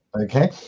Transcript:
Okay